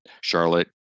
Charlotte